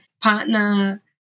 partner